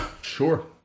Sure